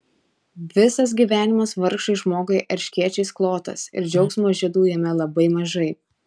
visas gyvenimas vargšui žmogui erškėčiais klotas ir džiaugsmo žiedų jame labai mažai